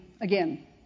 again